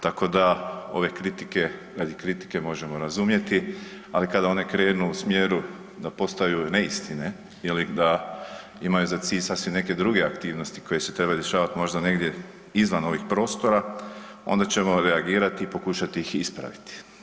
Tako da ove kritike radi kritike možemo razumjeti, ali kada one krenu u smjeru da postaju neistine ili da imaju za cilj sasvim neke druge aktivnosti koje se trebaju dešavati možda negdje izvan ovih prostora onda ćemo reagirati i pokušati ih ispraviti.